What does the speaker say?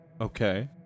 okay